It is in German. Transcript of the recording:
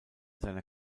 seiner